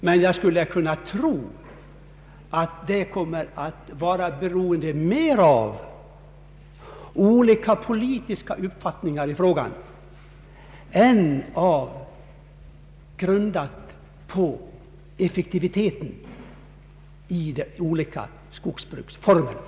Men jag tror att debatten mera kommer att präglas av olika politiska uppfattningar i frågan än av olika uppfattningar om effektiviteten i de skilda skogsbruksformerna.